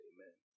Amen